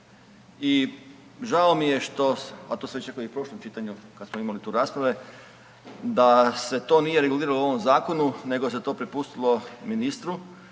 i žao mi je što, a to sam već rekao i u prošlom čitanju kada smo imali tu rasprave da se to nije reguliralo u ovom zakonu nego se to prepustilo ministru,